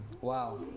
Wow